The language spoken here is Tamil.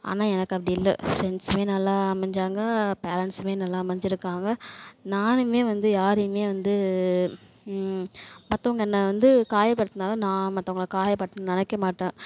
ஆனால் எனக்கு அப்படி இல்லை ஃப்ரெண்ட்ஸுமே நல்லா அமைஞ்சாங்க பேரன்ட்ஸுமே நல்லா அமைஞ்சுருக்காங்க நானுமே வந்து யாரையுமே வந்து மற்றவுங்க என்ன வந்து காயப்படுத்துனாலும் நான் மற்றவுங்கள காயப்படுத்த நினைக்கமாட்டேன்